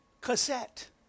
cassette